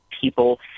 people